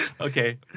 Okay